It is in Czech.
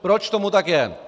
Proč tomu tak je?